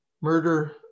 murder